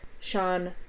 Sean